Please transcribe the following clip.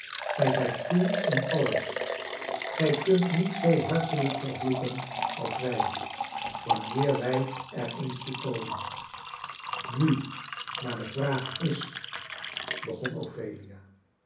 gij zijt koel in alles gij kunt niet zoo hartelijk vervloeken als wij wanneer wij er eens toe komen nu maar de vraag is begon ophelia